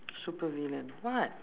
super villain what